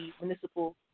municipal